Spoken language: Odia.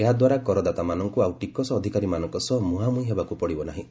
ଏହା ଦ୍ୱାରା କରଦାତାମାନଙ୍କୁ ଆଉ ଟିକସ୍ ଅଧିକାରୀମାନଙ୍କ ସହ ମୁହାଁମୁହିଁ ହେବାକୁ ପଡିବ ନାହିଁ